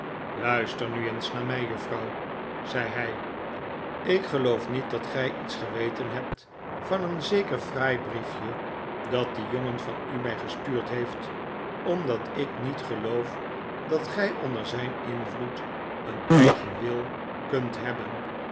luister nu eens naar mij juffrouw zei hij ik geloof niet dat gij iets geweten hebt van een zeker fraai briefje dat die jongen van u mij gestuurd heeft omdat ik niet geloof dat gij onder zijn invloed een eigen wil kunt hebben